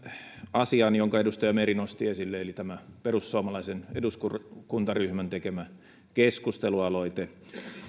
asiaan jonka edustaja meri nosti esille eli perussuomalaisen eduskuntaryhmän tekemään keskustelualoitteeseen